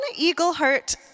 Eagleheart